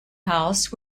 house